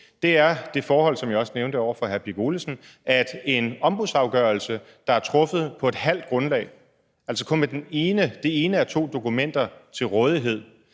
på, er det forhold, som jeg også nævnte over for hr. Ole Birk Olesen, nemlig en ombudsmandsafgørelse, der er truffet på et halvt grundlag, altså at kun det ene af to dokumenter til rådighed